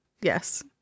Yes